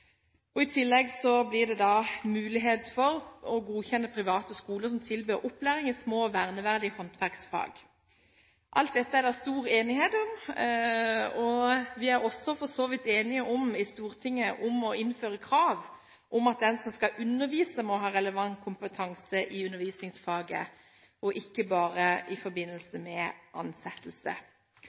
I tillegg blir det mulighet for å godkjenne private skoler som tilbyr opplæring i små verneverdige håndverksfag. Alt dette er det stor enighet om, og vi er også for så vidt enige i Stortinget om å innføre krav om at den som skal undervise, må ha relevant kompetanse i undervisningsfaget, og ikke bare i forbindelse med ansettelse.